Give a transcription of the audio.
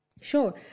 Sure